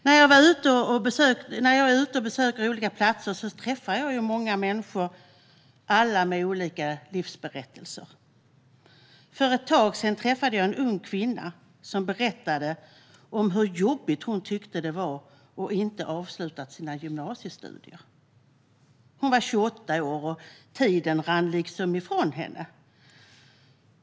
När jag är ute och besöker olika platser träffar jag många människor, alla med olika livsberättelser. För ett tag sedan träffade jag en ung kvinna som berättade om hur jobbigt hon tyckte det var att inte ha avslutat sina gymnasiestudier. Hon var 28 år, och tiden rann liksom ifrån henne.